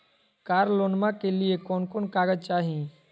कार लोनमा के लिय कौन कौन कागज चाही?